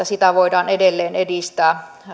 sitä voidaan edelleen edistää